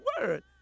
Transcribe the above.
word